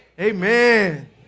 Amen